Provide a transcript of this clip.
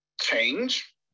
change